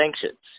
sanctions